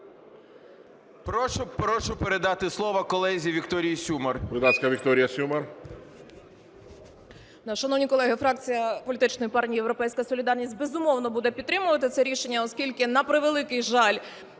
Прошу передати слово колезі Вікторії Сюмар.